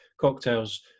cocktails